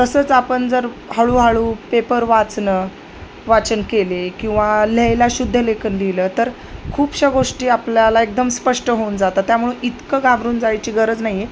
तसंच आपण जर हळूहळू पेपर वाचणं वाचन केले किंवा लिहायला शुद्ध लेखन लिहिलं तर खूपशा गोष्टी आपल्याला एकदम स्पष्ट होऊन जातात त्यामुळे इतकं घाबरून जायची गरज नाही आहे